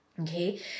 Okay